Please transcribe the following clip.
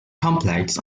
complex